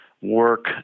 work